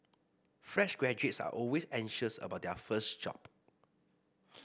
fresh graduates are always anxious about their first job